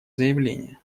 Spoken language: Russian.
заявление